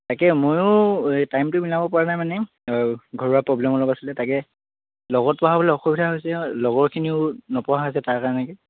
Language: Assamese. তাকে ময়ো টাইমটো মিলাব পৰা নাই মানে ঘৰুৱা প্ৰব্লেম অলপ আছিলে তাকে লগত পঢ়াবলৈ অসুবিধা হৈছে লগৰখিনিও নপঢ়া হৈছে তাৰ কাৰণেই